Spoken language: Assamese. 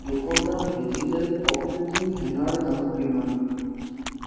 দুশ গ্ৰাম ভেজীতেল অকৃত্ৰিম হেনাৰ দাম কিমান